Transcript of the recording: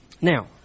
Now